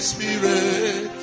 Spirit